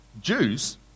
Jews